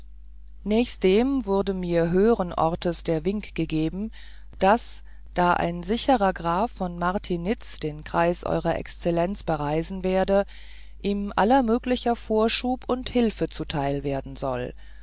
nächstdem wurde mir höheren orts der wink gegeben daß da ein sicherer graf von martiniz den kreis ew exzellenz bereisen werde ihm aller mögliche vorschub und hilfe zuteil werden soll